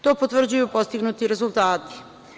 To potvrđuju postignuti rezultati.